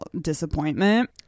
disappointment